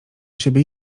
siebie